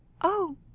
Oh